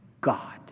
God